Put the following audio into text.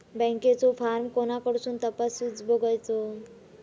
बँकेचो फार्म कोणाकडसून तपासूच बगायचा?